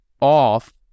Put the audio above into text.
off